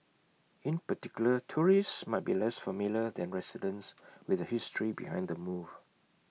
in particular tourists might be less familiar than residents with the history behind the move